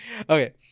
Okay